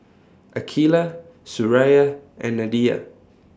Aqeelah Suraya and Nadia